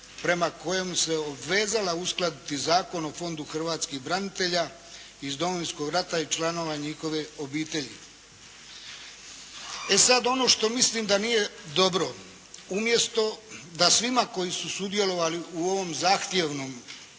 prema kojem se obvezala uskladiti Zakon o Fondu hrvatskih branitelja iz Domovinskog rata i članova njihove obitelji. E sad ono što mislim da nije dobro. Umjesto da svima koji su sudjelovali u ovom zahtjevnom,